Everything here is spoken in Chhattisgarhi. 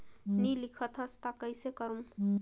नी लिखत हस ता कइसे करू?